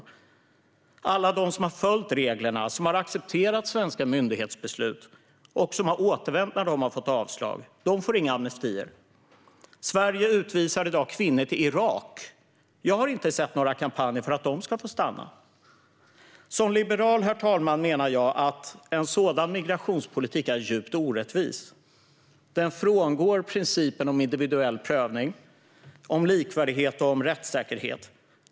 Det är alla de som har följt reglerna, har accepterat svenska myndighetsbeslut och återvänt när de fått avslag. De får inga amnestier. Sverige utvisar i dag kvinnor till Irak. Jag har inte sett några kampanjer för att de ska få stanna. Herr talman! Som liberal menar jag att en sådan migrationspolitik är djupt orättvis. Den frångår principen om individuell prövning, likvärdighet och rättssäkerhet.